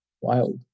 wild